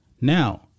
Now